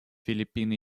филиппины